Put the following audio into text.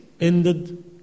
ended